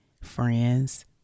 friends